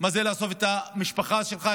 מה זה לעזוב את המשפחה שלך,